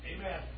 Amen